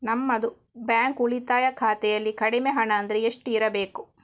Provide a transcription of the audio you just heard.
ನಮ್ಮದು ಬ್ಯಾಂಕ್ ಉಳಿತಾಯ ಖಾತೆಯಲ್ಲಿ ಕಡಿಮೆ ಹಣ ಅಂದ್ರೆ ಎಷ್ಟು ಇರಬೇಕು?